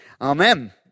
Amen